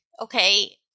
okay